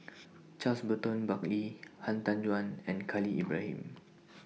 Charles Burton Buckley Han Tan Juan and Khalil Ibrahim